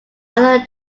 other